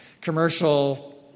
commercial